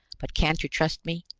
but can't you trust me?